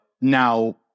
now